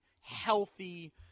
healthy